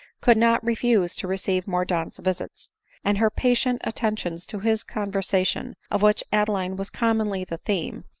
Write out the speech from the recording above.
could not refuse to receive mordaunt's visits and her patient attentions to his conversation, of which adeline was commonly the theme,